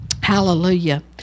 Hallelujah